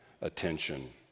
attention